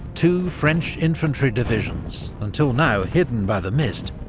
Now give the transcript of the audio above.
two french infantry divisions, until now hidden by the mist,